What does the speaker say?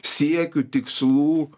siekių tikslų